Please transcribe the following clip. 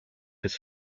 his